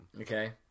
Okay